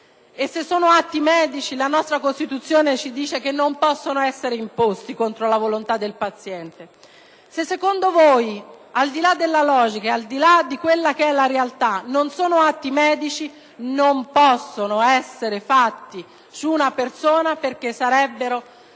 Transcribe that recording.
e, se sono atti medici la nostra Costituzione ci dice che non possono essere imposti contro la volontà del paziente. Se secondo voi, al di là della logica e di quella che è la realtà, non sono atti medici, allora non possono essere fatti su una persona perché sarebbero